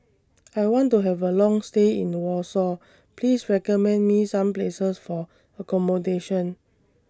I want to Have A Long stay in Warsaw Please recommend Me Some Places For accommodation